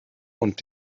und